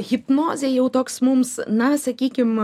hipnozė jau toks mums na sakykim